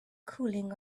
cooling